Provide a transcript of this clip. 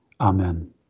amen